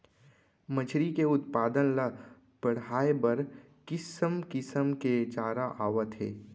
मछरी के उत्पादन ल बड़हाए बर किसम किसम के चारा आवत हे